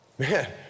Man